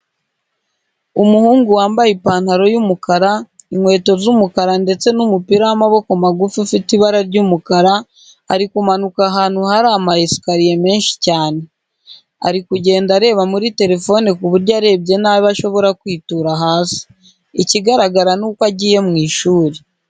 Umuhungu wambaye ipantaro y'umukara, inkweto z'umukara ndetse umupira w'amaboko magufi ufite ibara ry'umukara, ari kumanuka ahantu hari ama esikariye menshi cyane. Ari kugenda areba muri telefone ku buryo arebye nabi ashobora kwitura hasi. Ikigaragara nuko agiye mu ishuri.